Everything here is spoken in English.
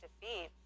defeat